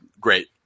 great